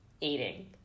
eating